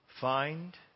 find